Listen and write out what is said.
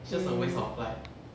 mm